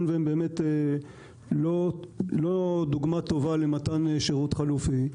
והן באמת לא דוגמה טובה למתן שירות חלופי.